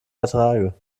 ertrage